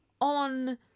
on